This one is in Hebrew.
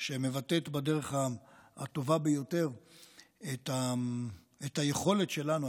שמבטאת בדרך הטובה ביותר את היכולת שלנו,